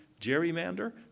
gerrymander